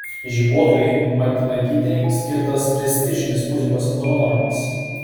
žibuoklei martinaitytei skirtas prestižinis muzikos apdovanojimas